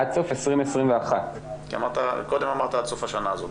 עד סוף 2021. קודם אמרת 'עד סוף השנה הזאת'.